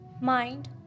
MIND